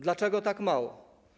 Dlaczego tak mało?